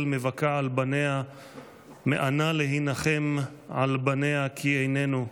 מבכה על בניה מאנה להִנָּחם על בניה כי איננו.